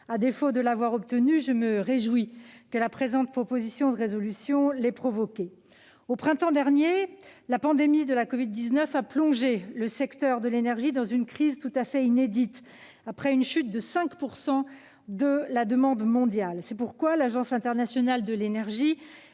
À défaut de l'avoir obtenu, je me réjouis que la présente proposition de résolution l'ait provoqué. Au printemps dernier, la pandémie de la covid-19 a plongé le secteur de l'énergie dans une crise tout à fait inédite, après une chute de 5 % de la demande mondiale. C'est pourquoi l'Agence internationale de l'énergie